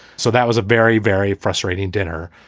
so that was a very, very frustrating dinner,